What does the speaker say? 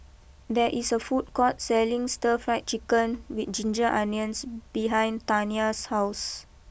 there is a food court selling Stir Fry Chicken with Ginger Onions behind Tania's house